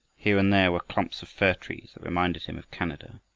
here and there were clumps of fir trees that reminded him of canada,